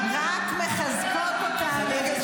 הן רק מחזקות אותנו.